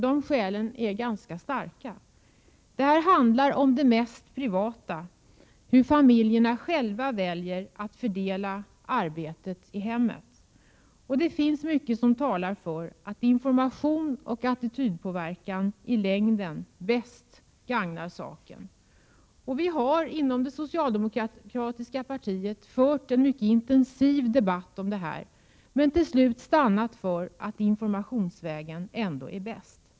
De skälen är ganska starka. Det här handlar om det mest privata, hur familjerna själva väljer att fördela arbetet i hemmet. Det finns mycket som talar för att information och attitydpåverkan i längden bäst gagnar saken. Vi har inom det socialdemokratiska partiet fört en mycket intensiv debatt om detta, men till slut stannat för att informationsvägen ändå är bäst.